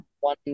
one